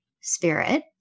spirit